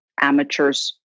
amateurs